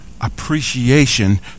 appreciation